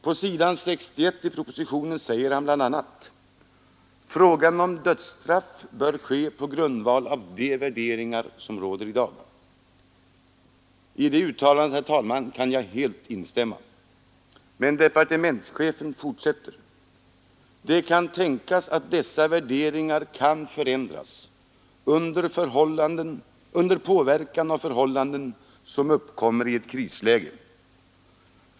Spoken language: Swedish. På s. 61 i denna säger han bl.a. följande: ”Ställningstagandet till frågan om dödsstraff bör ske på grundval av de värderingar som är rådande i dag.” I det uttalandet kan jag helt instämma. Men departementschefen fortsätter på följande sätt: ”Det kan tänkas att dessa värderingar kan förändras under påverkan av förhållanden som uppkommer i ett krisläge.